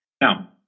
Now